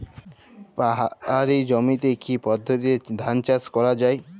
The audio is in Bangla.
পাহাড়ী জমিতে কি পদ্ধতিতে ধান চাষ করা যায়?